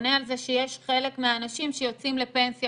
בונה על זה שיש חלק מהאנשים שיוצאים לפנסיה